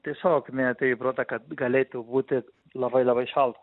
tiesiog neatėjo į protą kad galėtų būti labai labai šalta